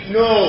no